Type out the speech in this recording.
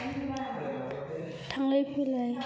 थांलाय फैलाय